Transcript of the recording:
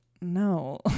no